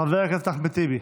חבר הכנסת אחמד טיבי.